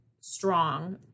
strong